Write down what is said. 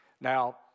Now